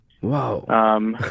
Wow